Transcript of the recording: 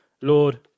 Lord